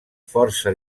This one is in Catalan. força